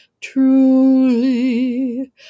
truly